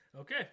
Okay